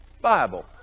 Bible